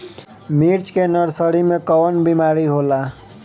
मिर्च के नर्सरी मे कवन बीमारी होला?